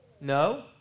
No